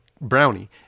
brownie